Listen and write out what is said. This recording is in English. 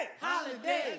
Holiday